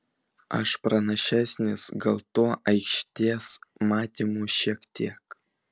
aš pranašesnis gal tuo aikštės matymu šiek tiek